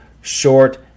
short